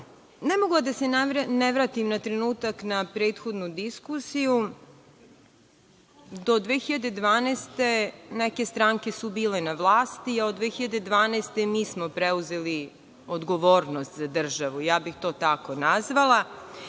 mogu a da se ne vratim na trenutak na prethodnu diskusiju. Do 2012. godine neke stranke su bile na vlasti, a od 2012. godine mi smo preuzeli odgovornost za državu. Ja bih to tako nazvala.